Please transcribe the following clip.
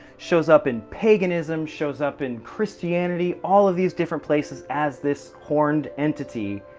shows up in paganism, shows up in christianity, all of these different places as this horned entity